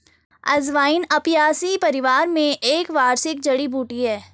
अजवाइन अपियासी परिवार में एक वार्षिक जड़ी बूटी है